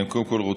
קודם כול,